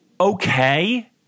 okay